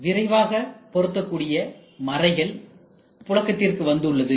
விரைவாக பொருத்தக்கூடிய மறைகள் புழக்கத்திற்கு வந்து உள்ளன